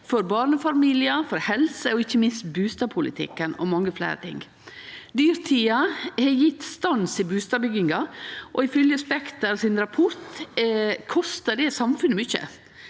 for barnefamiliar, helse og ikkje minst bustadpolitikken og mange fleire ting. Dyrtida har gjeve stans i bustadbygginga. Ifylgje Spekter sin rapport kostar det samfunnet mykje.